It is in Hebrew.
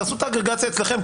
תעשו את האגרגציה אצלכם.